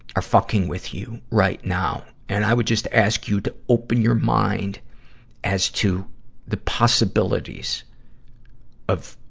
are fucking with you right now. and i would just ask you to open your mind as to the possibilities of,